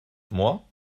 moi